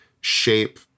shape